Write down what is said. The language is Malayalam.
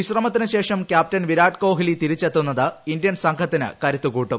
വിശ്രമത്തിനുശേഷം ക്യാപ്റ്റൻ വിരാട് കോഹ്ലി തിരിച്ചെത്തുന്നത് ഇന്ത്യൻ സംഘത്തിന്റെ കരുത്തുകൂടും